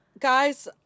Guys